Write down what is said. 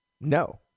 No